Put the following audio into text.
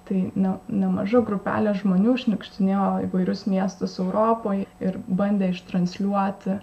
tai ne nemaža grupelė žmonių šniukštinėjo įvairius miestus europoj ir bandė ištransliuoti